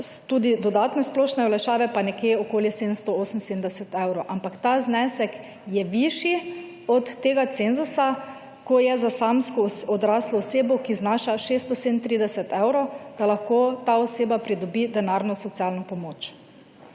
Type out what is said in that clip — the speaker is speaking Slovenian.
tudi dodatne splošne olajšave pa nekje okoli 778 evrov. Ampak ta znesek je višji od tega cenzusa kot je za samsko odraslo osebo, ki znaša 637 evrov, da lahko ta oseba pridobi denarno socialno pomoč.